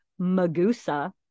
Magusa